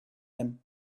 him